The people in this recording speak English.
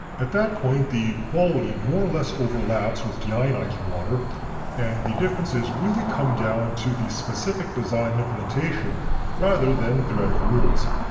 at that point the quality more or less overlaps with deionized water and the differences really come down to the specific design and implementation rather than theoretical rules.